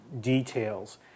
details